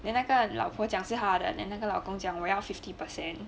then 那个老婆讲是他的 then 那个老公讲我要 fifty percent